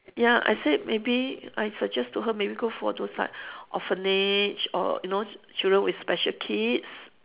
ya I said maybe I suggest to her maybe go for those like orphanage or you know children with special needs